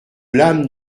lame